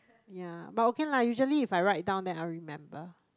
yea but okay lah usually if I write down then I'll remember